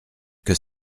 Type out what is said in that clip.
que